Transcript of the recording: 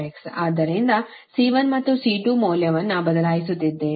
ಆದ್ದರಿಂದ C1 ಮತ್ತು C2 ಮೌಲ್ಯವನ್ನು ಬದಲಿಸುತ್ತಿದ್ದೇವೆ